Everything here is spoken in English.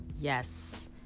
yes